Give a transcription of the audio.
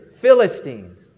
Philistines